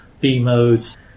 B-modes